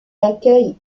accueille